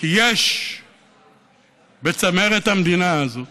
כי יש בצמרת המדינה הזאת